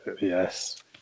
Yes